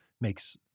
makes